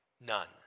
None